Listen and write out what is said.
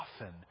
often